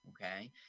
Okay